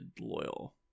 loyal